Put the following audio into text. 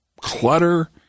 clutter